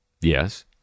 Yes